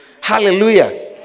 Hallelujah